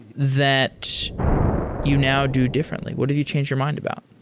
that you now do differently? what have you changed your mind about?